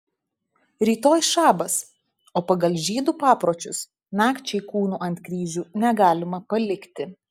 rytoj šabas o pagal žydų papročius nakčiai kūnų ant kryžių negalima palikti